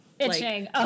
Itching